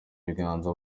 ibiganza